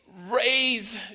raise